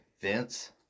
Vince